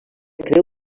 creu